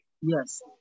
Yes